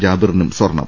ജാബിറിനും സ്വർണം